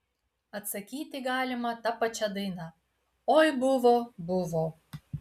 atsakyti galima ta pačia daina oi buvo buvo